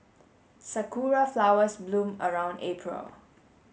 sakura flowers bloom around April